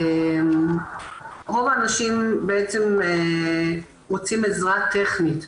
רוב האנשים בעצם רוצים עזרה טכנית,